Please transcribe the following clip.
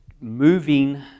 moving